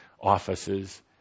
offices